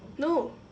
no